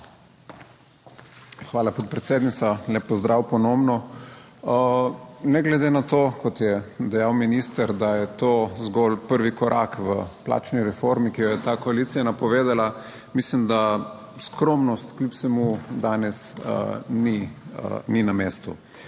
Hvala podpredsednica. Lep pozdrav ponovno. Ne glede na to, kot je dejal minister, da je to zgolj prvi korak v plačni reformi, ki jo je ta koalicija napovedala, mislim, da skromnost kljub vsemu danes ni na mestu.